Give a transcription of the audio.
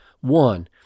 one